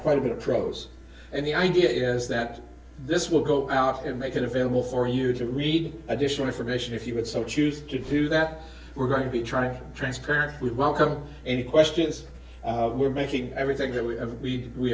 quite a bit of prose and the idea is that this will go out and make it available for you to read additional information if you would so choose to do that we're going to be trying to transparent we welcome any questions we're making everything that we have we we